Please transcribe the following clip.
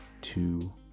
two